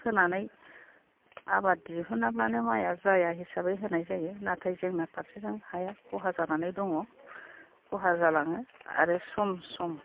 होनानै आबाद दिहुनाब्लानो माइया जाया हिसाबै होनाय जायो नाथाय जोंना फारसेजों हाया खहा जानानै दङ खहा जालाङो आरो सम सम